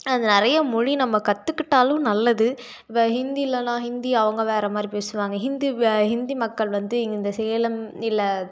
அது நிறைய மொழி நம்ம கற்றுக்கிட்டாலும் நல்லது வே ஹிந்திலேலாம் ஹிந்தி அவங்க வேறே மாதிரி பேசுவாங்க ஹிந்தி வே ஹிந்தி மக்கள் வந்து இங் இந்த சேலம் இல்லை